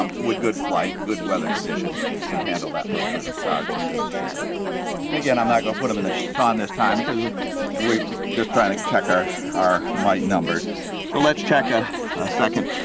um with good flight and good weather conditions can handle that little bit of starch that's in the sugar again, i'm not going to put them in the sun this time because we're and we're just trying to check our our mite numbers so let's check a second.